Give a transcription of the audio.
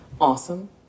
Awesome